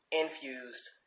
infused